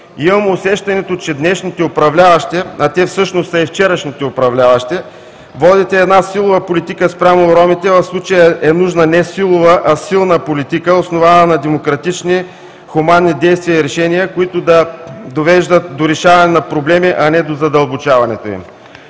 Имам усещането, че днешните управляващи, а те всъщност са и вчерашните управляващи, водите една силова политика, спрямо ромите. В случая е нужна не силова, а силна политика, основана на демократични, хуманни действия и решения, които да довеждат до решаване на проблеми, а не до задълбочаването им.